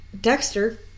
Dexter